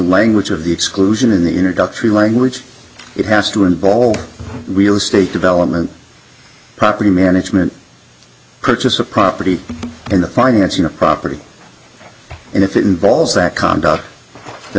language of the exclusion in the introductory language it has to involve real estate development property management purchase of property in the party that's your property and if it involves that conduct the